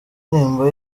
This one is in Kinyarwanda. indirimbo